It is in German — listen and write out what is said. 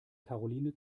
karoline